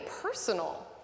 personal